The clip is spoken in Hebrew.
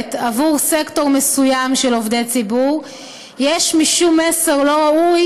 מוגברת עבור סקטור מסוים של עובדי ציבור יש משום מסר לא ראוי